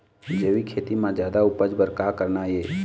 जैविक खेती म जादा उपज बर का करना ये?